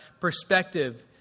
perspective